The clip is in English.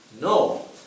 No